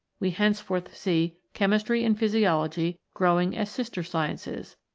we henceforth see chemistry and physiology growing as sister-sciences,